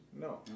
No